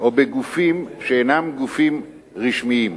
או בגופים שאינם גופים רשמיים,